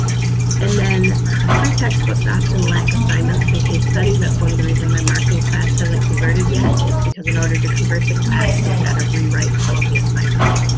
and then free textbooks often lack assignments and case studies. that's one of the reason my marketing class hasn't converted yet is because in order to convert the class, we've got to rewrite all of the assignments.